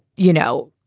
you know,